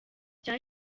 cya